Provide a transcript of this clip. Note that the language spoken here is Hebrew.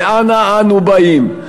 ואנה אנו באים?